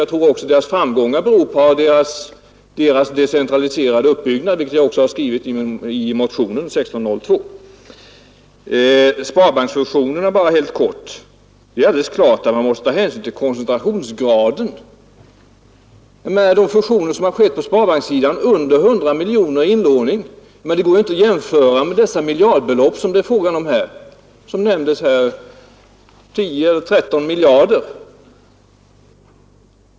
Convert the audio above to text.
Jag tror att dess framgångar beror på den decentraliserade uppbyggnaden, vilket vi också framhållit i motionen 1602. Om sparbanksfusionerna bara helt kort: Det är alldeles klart att man måste ta hänsyn till koncentrationsgraden. De fusioner som skett på sparbankssidan har i allmänhet ägt rum mellan företag med mindre än 100 miljoner i inlåning. Det går inte att jämställa dessa summor med de miljardbelopp som nämnts här — 10—13 miljarder.